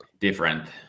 different